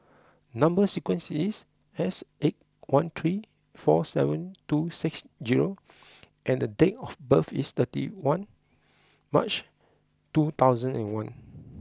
number sequence is S eight one three four seven two six zero and date of birth is thirty one March two thousand and one